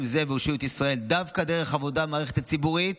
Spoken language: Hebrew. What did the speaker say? זה והושיעו את ישראל דווקא דרך עבודה במערכת הציבורית,